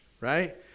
right